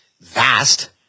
vast